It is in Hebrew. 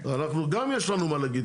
אנחנו גם יש לנו מה להגיד,